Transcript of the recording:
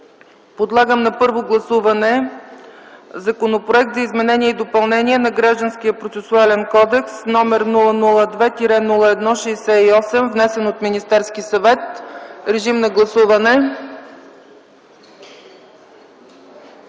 Подлагам на първо гласуване Законопроект за изменение и допълнение на Гражданския процесуален кодекс, № 002-01-68, внесен от Министерския съвет. Гласували